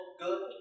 good